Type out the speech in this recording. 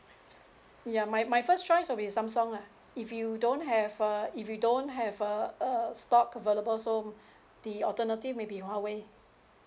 ya my my first choice will be Samsung lah if you don't have uh if you don't have uh uh stock available so the alternative maybe Huawei